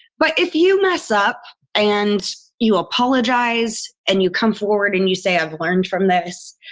but if you mess up and you apologize and you come forward and you say, i've learned from this.